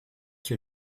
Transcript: que